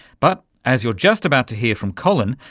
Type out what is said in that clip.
but as you're just about to hear from colin,